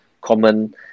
common